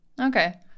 Okay